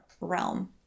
realm